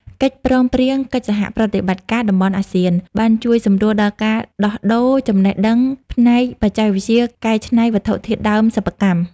កិច្ចព្រមព្រៀងកិច្ចសហប្រតិបត្តិការតំបន់អាស៊ាន បានជួយសម្រួលដល់ការដោះដូរចំណេះដឹងផ្នែកបច្ចេកវិទ្យាកែច្នៃវត្ថុធាតុដើមសិប្បកម្ម។